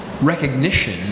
recognition